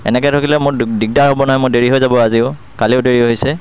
এনেকৈ থাকিলে মোৰ দ দিগদাৰ হ'ব নহয় দেৰি হৈ যাব আজিও কালিও দেৰি হৈছে